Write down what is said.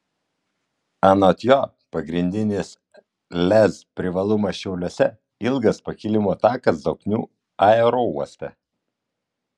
anot jo pagrindinis lez privalumas šiauliuose ilgas pakilimo takas zoknių aerouoste